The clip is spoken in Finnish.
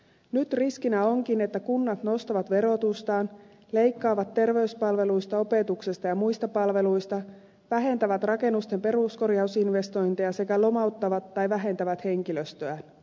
nyt riskinä onkin että kunnat nostavat verotustaan leikkaavat terveyspalveluista opetuksesta ja muista palveluista vähentävät rakennusten peruskorjausinvestointeja sekä lomauttavat tai vähentävät henkilöstöä